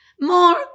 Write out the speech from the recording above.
more